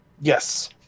Yes